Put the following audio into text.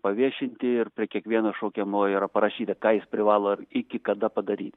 paviešinti ir prie kiekvieno šaukiamo yra parašyta ką jis privalo iki kada padaryt